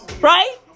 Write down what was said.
right